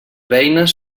beines